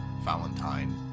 Valentine